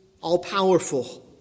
all-powerful